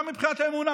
גם מבחינת האמונה,